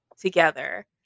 together